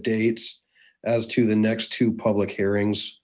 dates as to the next two public hearings